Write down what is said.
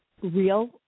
real